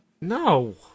No